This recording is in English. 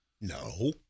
No